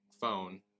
phone